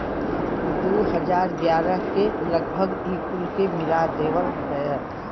दू हज़ार ग्यारह के लगभग ई कुल के मिला देवल गएल